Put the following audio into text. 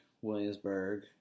Williamsburg